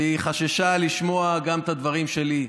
והיא חששה לשמוע גם את הדברים שלי.